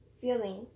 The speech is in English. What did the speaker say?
feeling